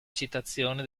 citazione